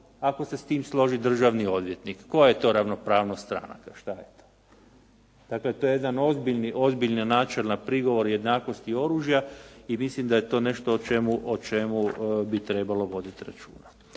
ako se s tim složi državni odvjetnik. Koja je to ravnopravnost stranaka? Šta je to. Dakle, to je jedan ozbiljan, načelan prigovor jednakosti oružja i mislim da je to nešto o čemu bi trebalo voditi računa.